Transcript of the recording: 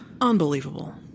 Unbelievable